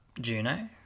Juno